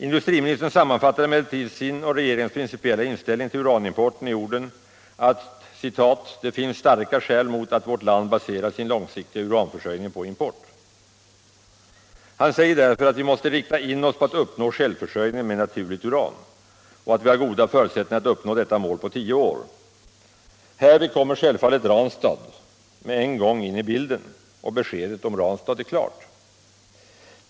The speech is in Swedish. Industriministern sammanfattar emellertid sin och regeringens principiella inställning till uranimporten i orden att det finns ”starka skäl mot att vårt land baserar sin långsiktiga uranförsörjning på import”. Han säger därför att vi måste rikta in oss på att uppnå självförsörjning med naturligt uran och att vi har goda förutsättningar att uppnå detta mål på tio år. Härvid kommer självfallet Ranstad med en gång in i bilden och beskedet om Ranstad är klart.